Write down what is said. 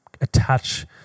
attach